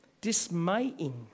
dismaying